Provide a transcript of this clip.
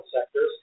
sectors